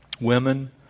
Women